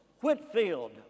Whitfield